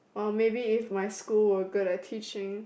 or maybe if my school were good at teaching